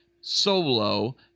Solo